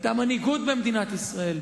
היתה מנהיגות במדינת ישראל.